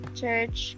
church